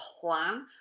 plan